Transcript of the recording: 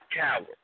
coward